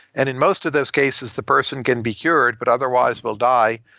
and in most of those cases the person can be cured, but otherwise will die.